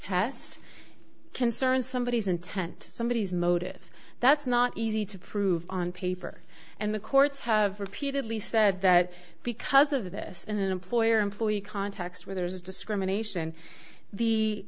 test concern somebody is intent somebody is motive that's not easy to prove on paper and the courts have repeatedly said that because of this employer employee context where there is discrimination the